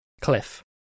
Cliff